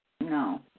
No